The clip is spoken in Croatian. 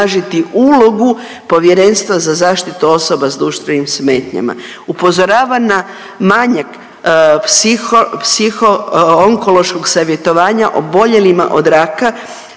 ulogu Povjerenstava za zaštitu osoba s duševnim smetnjama. Upozorava na manjak psiho onkološkog savjetovanja oboljelima od raka